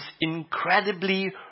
incredibly